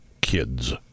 kids